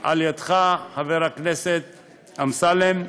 על ידך, חבר הכנסת אמסלם,